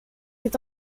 est